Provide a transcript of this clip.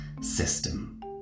system